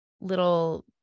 little